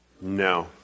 No